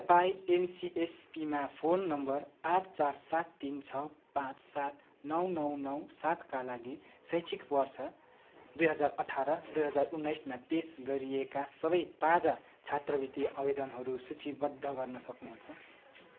के तपाईँ एनसिएसपीमा फोन नम्बर आठ चार सात तिन छ पाँच सात नौ नौ नौ सातका लागि शैक्षिक वर्ष दुई हजार अठार दुई हजार उन्नाइसमा पेस गरिएका सबै ताजा छात्रवृत्ति आवेदनहरू सूचीबद्ध गर्न सक्नुहुन्छ